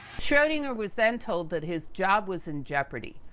schrodinger was then told that his job was in jeopardy.